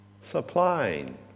supplying